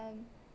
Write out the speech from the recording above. um